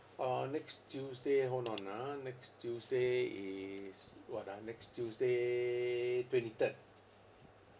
uh next tuesday hold on ah next tuesday is what ah next tuesday twenty third